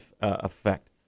effect